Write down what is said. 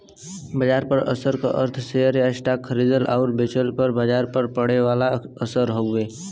बाजार पर असर क अर्थ शेयर या स्टॉक खरीदले आउर बेचले पर बाजार पर पड़े वाला असर हउवे